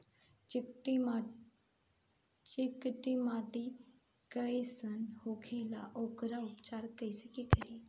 चिकटि माटी कई सन होखे ला वोकर उपचार कई से करी?